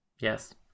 Yes